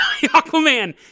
Aquaman